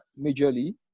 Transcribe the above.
majorly